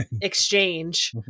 exchange